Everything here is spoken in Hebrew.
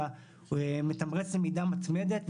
אלא הוא מתמרץ למידה מתמדת,